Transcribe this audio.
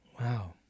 Wow